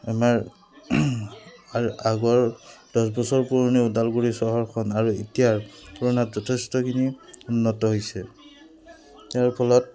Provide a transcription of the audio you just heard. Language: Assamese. আমাৰ আৰু আগৰ দহ বছৰ পুৰণি ওদালগুৰি চহৰখন আৰু এতিয়াৰ তুলনাত যথেষ্টখিনি উন্নত হৈছে ইয়াৰ ফলত